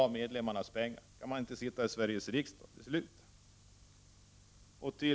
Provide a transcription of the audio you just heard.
Vi kan inte sitta i Sveriges riksdag och besluta om det.